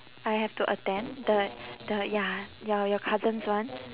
I have to attend the the ya your your cousin's one